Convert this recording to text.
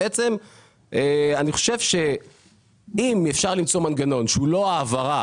אני חושב שאם אפשר למצוא מנגנון שהוא לא העברה